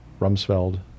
Rumsfeld